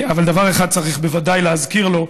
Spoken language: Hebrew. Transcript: דבר אחד צריך בוודאי להזכיר לו: